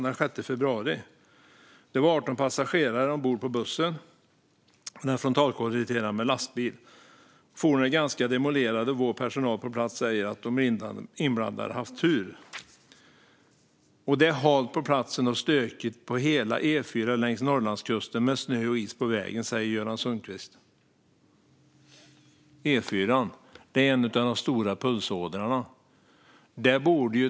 Det var 18 passagerare ombord på bussen, och den frontalkolliderade med en lastbil. "Fordonen är ganska demolerade och de inblandade har haft tur." "Det är halt på platsen och stökigt på hela E4 längs Norrlandskusten med snö och is på vägen, säger Göran Sundqvist."